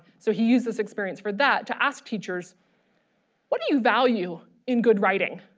so he used this experience for that to ask teachers what do you value in good writing?